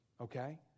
okay